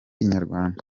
inyarwanda